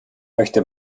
möchte